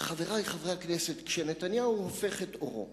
חברי חברי הכנסת, כשנתניהו הופך את עורו